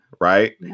right